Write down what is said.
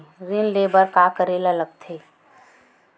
ऋण ले बर का करे ला लगथे?